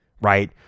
right